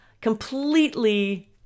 completely